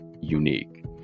unique